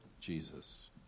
Jesus